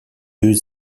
deux